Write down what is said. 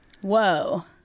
whoa